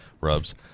Rubs